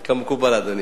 כמקובל, אדוני.